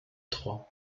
troie